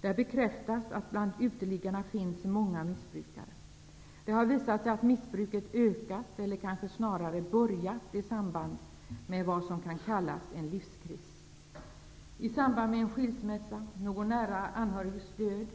Där bekräftas att det bland uteliggarna finns många missbrukare. Det har visat sig att missbruket ökat, eller kanske snarare börjat, i samband med vad som kan kallas en livskris. I samband med en skilsmässa eller någon nära anhörigs död,